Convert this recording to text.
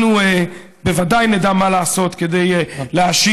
אנחנו בוודאי נדע מה לעשות כדי להשיב